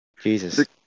Jesus